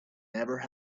never